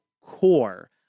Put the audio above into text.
core